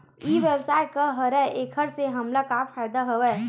ई व्यवसाय का हरय एखर से हमला का फ़ायदा हवय?